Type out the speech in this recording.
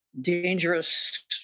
dangerous